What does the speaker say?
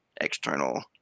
external